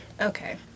Okay